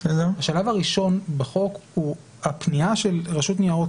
השלב הראשון בחוק הוא הפנייה של הרשות לניירות